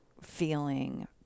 feeling